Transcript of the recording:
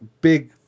big